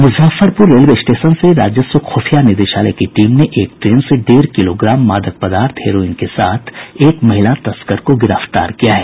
Muzaffarpur railway station से राजस्व खुफिया निदेशालय की टीम ने एक ट्रेन से डेढ़ किलोग्राम मादक पदार्थ हेरोईन के साथ एक महिला तस्कर को गिरफ्तार किया है